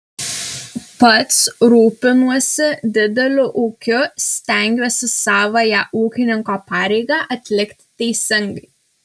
pats rūpinuosi dideliu ūkiu stengiuosi savąją ūkininko pareigą atlikti teisingai